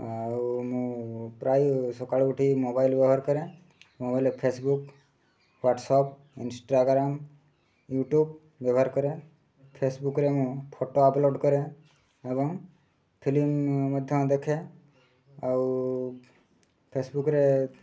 ଆଉ ମୁଁ ପ୍ରାୟ ସକାଳୁ ଉଠି ମୋବାଇଲ୍ ବ୍ୟବହାର କରେ ମୋବାଇଲ୍ରେ ଫେସ୍ବୁକ୍ ହ୍ଵାଟସପ୍ ଇନ୍ଷ୍ଟାଗ୍ରାମ୍ ୟୁଟ୍ୟୁବ୍ ବ୍ୟବହାର କରେ ଫେସ୍ବୁକ୍ରେ ମୁଁ ଫଟୋ ଅପଲୋଡ଼୍ କରେ ଏବଂ ଫିଲ୍ମ୍ ମଧ୍ୟ ଦେଖେ ଆଉ ଫେସ୍ବୁକ୍ରେ